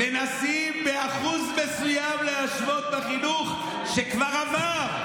מנסים באחוז מסוים להשוות את החינוך שכבר עבר,